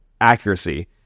accuracy